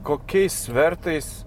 kokiais svertais